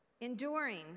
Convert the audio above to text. Enduring